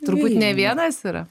turbūt ne vienas yra